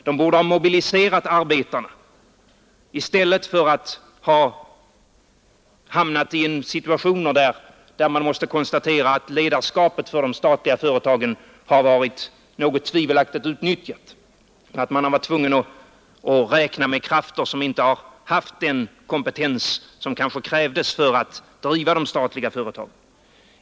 Den borde ha mobiliserat arbetarna, i stället för att hamna i en situation där man måste konstatera att ledarskapet för de statliga företagen har varit något tvivelaktigt utnyttjat, eftersom man varit tvungen att räkna med krafter som inte har haft den kompetens som kanske krävts för att driva de statliga företagen.